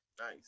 nice